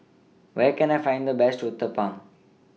Where Can I Find The Best Uthapam